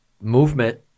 movement